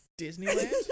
Disneyland